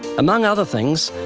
among other things,